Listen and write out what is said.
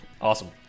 Awesome